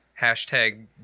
hashtag